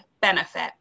benefit